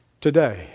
today